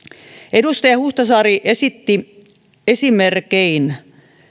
edustaja huhtasaari esitti esimerkein